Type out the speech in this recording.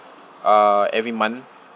uh every month